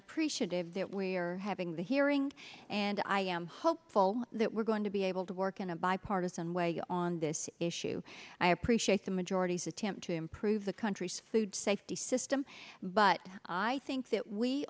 appreciative that we are having the hearing and i am hopeful that we're going to be able to work in a bipartisan way on this issue i appreciate the majority's attempt to improve the country's food safety system but i think that we